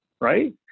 right